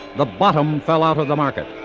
the bottom fell out of the market.